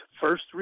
first